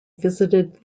visited